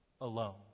alone